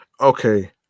okay